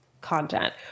content